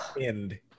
End